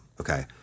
Okay